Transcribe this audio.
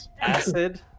Acid